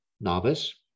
novice